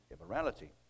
immorality